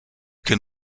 can